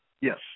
Yes